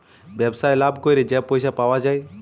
ব্যবসায় লাভ ক্যইরে যে পইসা পাউয়া যায়